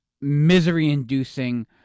misery-inducing